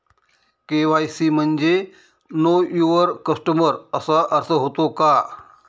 KYC म्हणजे know your customer असा अर्थ होतो का?